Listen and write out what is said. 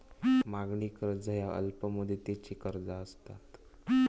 मागणी कर्ज ह्या अल्प मुदतीची कर्जा असतत